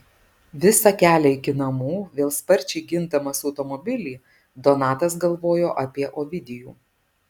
visą kelią iki namų vėl sparčiai gindamas automobilį donatas galvojo apie ovidijų